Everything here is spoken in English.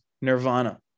nirvana